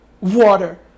water